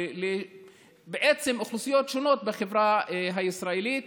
ובעצם לאוכלוסיות שונות בחברה הישראלית.